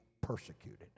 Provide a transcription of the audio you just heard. persecuted